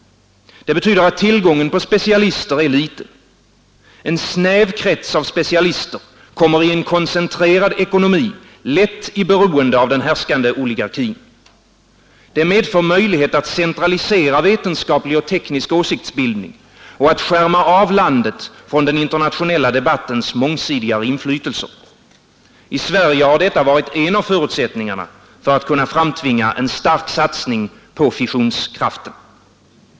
Det betyder att tillgången på specialister är liten. En snäv krets av specialister kommer i en koncentrerad ekonomi lätt i beroende av den härskande oligarkin. Det medför möjlighet att centralisera vetenskaplig och teknisk åsiktsbildning och att skärma av landet från den internationella debattens mångsidigare inflytelser. I Sverige har detta varit en av förutsättningarna för att kunna framtvinga en stark satsning på fissionskraften.